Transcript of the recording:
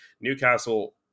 Newcastle